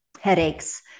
headaches